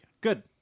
Good